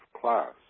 class